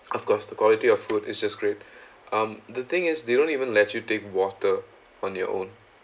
of course the quality of food is just great um the thing is they don't even let you take water on your own